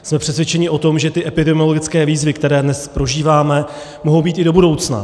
Jsme přesvědčeni o tom, že ty epidemiologické výzvy, které dnes prožíváme, mohou být i do budoucna.